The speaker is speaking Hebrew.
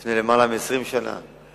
בין הקריאה הראשונה לשנייה ולשלישית,